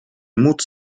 móc